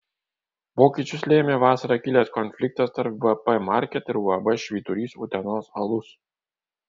pokyčius lėmė vasarą kilęs konfliktas tarp vp market ir uab švyturys utenos alus